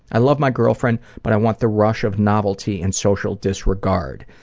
i love my girlfriend but i want the rush of novelty and social disregard.